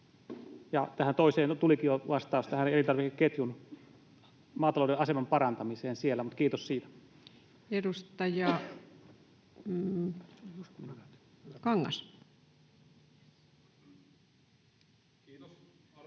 tähän toiseen tulikin jo vastaus, tähän elintarvikeketjuun, maatalouden aseman parantamiseen siellä, kiitos siitä. Edustaja Kangas. Kiitos,